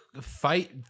fight